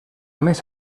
més